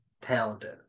talented